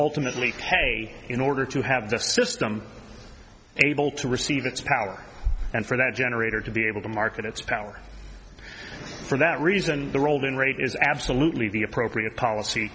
ultimately pay in order to have the system able to receive its power and for that generator to be able to market its power for that reason the roldan rate is absolutely the appropriate policy